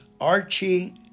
Archie